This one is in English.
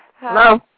Hello